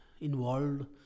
involved